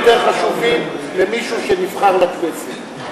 אין יותר חשובים ממישהו שנבחר לכנסת.